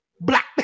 Black